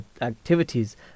activities